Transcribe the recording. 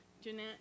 Jeanette